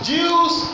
Jews